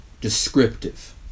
descriptive